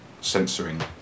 censoring